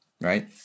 right